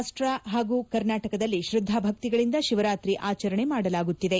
ರಾಷ್ಷ ಮತ್ತು ಕರ್ನಾಟಕದಲ್ಲಿ ತ್ರದ್ದಾ ಭಕ್ತಿಗಳಿಂದ ಶಿವರಾತ್ರಿ ಆಚರಣೆ ಮಾಡಲಾಗುತ್ತಿದೆ